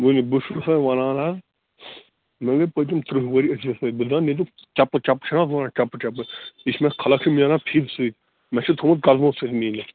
ؤنِو بہٕ چھُسَے وَنان حظ مےٚ گٔے پٔتِم ترٕٛہ ؤری أتھٕے سۭتۍ بہٕ زانہٕ ییٚتُک چَپہٕ چَپہٕ چھِنہٕ حظ ونان چپہٕ چپہٕ یہِ چھِ مےٚ خلق چھِ مینان فیٖتہٕ سۭتۍ مےٚ چھُ تھوٚومُت قدمو سۭتۍ میٖنِتھ